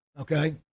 okay